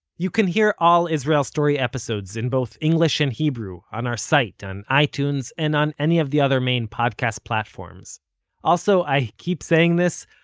you can hear all israel story episodes in both english and hebrew on our site, and on itunes, and on any of the other main podcast platforms also, i keep saying this,